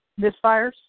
Misfires